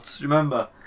remember